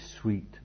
sweet